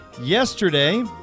Yesterday